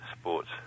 sports